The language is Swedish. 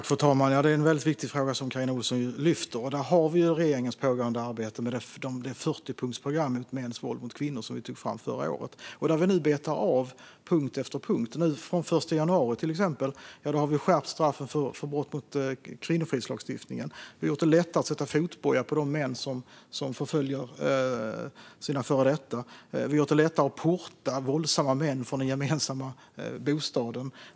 Fru talman! Det är en viktig fråga som Carina Ohlsson lyfter fram. Här har vi regeringens pågående arbete med det 40-punktsprogram mot mäns våld mot kvinnor som vi tog fram förra året, där vi nu betar av punkt efter punkt. Till exempel har vi från den 1 januari skärpt straffen för brott mot kvinnofridslagstiftningen. Vi har gjort det lättare att sätta fotboja på de män som förföljer sina före detta. Vi har gjort det lättare att porta våldsamma män från den gemensamma bostaden.